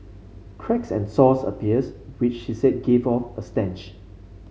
cracks and sores appear which she said give off a stench